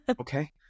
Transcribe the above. Okay